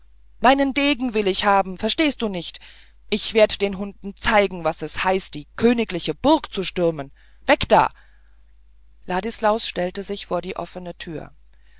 meinen degen will ich haben verstehst du nicht ich werd den hunden zeigen was es heißt die königliche burg zu stürmen weg da ladislaus stellte sich vor die offene tür